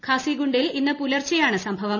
ഖാസിഗുണ്ടിൽ ഇന്ന് പുലർച്ചെയാണ് സംഭവം